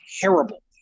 terrible